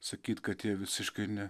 sakyti kad jie visiškai ne